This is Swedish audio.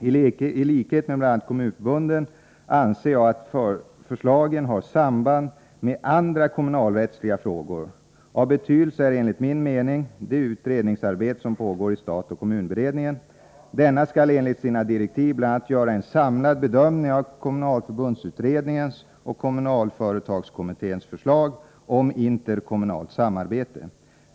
I likhet med bl.a. kommunförbunden anser jag att förslagen har samband med andra kommunalrättsliga frågor. Av betydelse är enligt min mening det utredningsarbete som pågår i statkommun-beredningen . Denna skall enligt sina direktiv bl.a. göra en samlad bedömning av kommunalförbundsutredningens och kommunalföretagskommitténs förslag om interkommunalt samarbete.